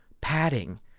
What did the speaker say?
padding